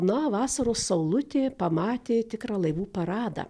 na vasaros saulutė pamatė tikrą laivų paradą